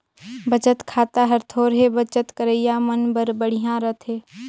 बचत खाता हर थोरहें बचत करइया मन बर बड़िहा रथे